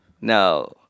No